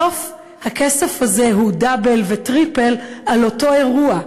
בסוף הכסף הזה הוא דאבל וטריפל על אותו אירוע.